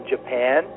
Japan